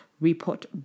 report